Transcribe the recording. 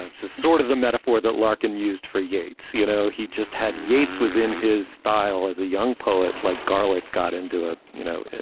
and sort of the metaphor that larken used for yates. you know, he just had yates was in his style as a young poet like garlick got into a, you know,